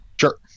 Sure